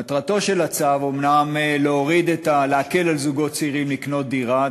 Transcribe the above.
מטרתו של הצו אומנם להקל על זוגות צעירים לקנות דירה,